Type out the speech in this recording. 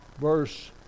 verse